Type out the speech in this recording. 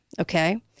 Okay